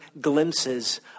glimpses